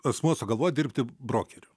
asmuo sugalvo dirbti brokeriu